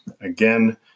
Again